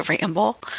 ramble